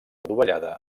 dovellada